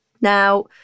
now